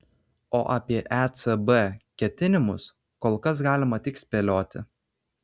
o apie ecb ketinimus kol kas galima tik spėlioti